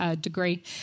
degree